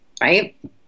right